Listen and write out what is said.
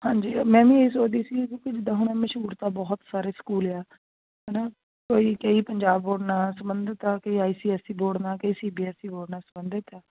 ਹਾਂਜੀ ਮੈਂ ਵੀ ਇਹੀ ਸੋਚਦੀ ਸੀ ਕਿਉਂਕਿ ਜਿੱਦਾਂ ਹੁਣ ਮੁਸ਼ਹੂਰ ਤਾਂ ਬਹੁਤ ਸਾਰੇ ਸਕੂਲ ਆ ਹੈ ਨਾ ਕੋਈ ਕਈ ਪੰਜਾਬ ਬੋਰਡ ਨਾਲ ਸੰਬੰਧਿਤ ਆ ਕਈ I C S E board ਨਾਲ ਕਈ C B S E board ਨਾਲ ਸੰਬੰਧਿਤ ਆ